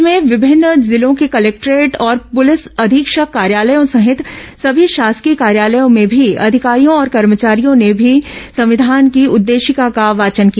राज्य में विभिन्न जिलों के कलेक्टोरेट और पुलिस अधीक्षक कार्यालयों सहित सभी शासकीय कार्यालयों में भी अधिकारियों और कर्मचारियों ने भी संविधान की उद्देशिका का वाचन किया